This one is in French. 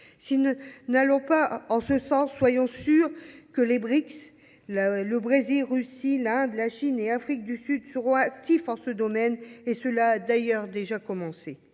Si nous n’allons pas en ce sens, soyons sûrs que les Brics (Brésil, Russie, Inde, Chine et Afrique du Sud) seront actifs en ce domaine – ils ont d’ailleurs déjà commencé.